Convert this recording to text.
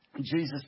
Jesus